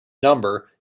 number